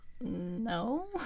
no